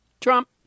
Trump